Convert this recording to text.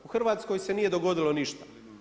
U Hrvatskoj se nije dogodilo ništa.